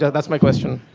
yeah that's my question.